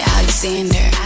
Alexander